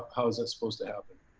ah how is that supposed to happen.